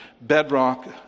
bedrock